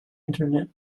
internet